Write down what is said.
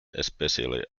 especially